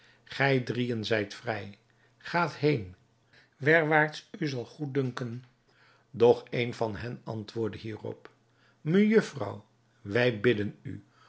gij drieën zijt vrij gaat heen werwaarts u zal goeddunken doch een van hen antwoordde hierop mejufvrouw wij bidden u